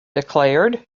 declared